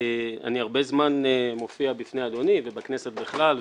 אני הרבה זמן מופיע בפני אדוני ובכנסת בכלל,